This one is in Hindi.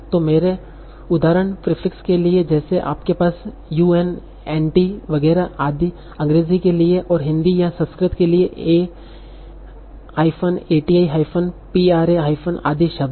तो मेरे उदाहरण प्रीफिक्स के लिए हैं जैसे आपके पास un anti वगैरह अंग्रेजी के लिए और हिंदी या संस्कृत के लिए a ati pra आदि शब्द है